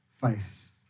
face